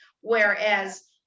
Whereas